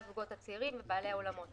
שני דוחות של אולמות שקיבלתי היום.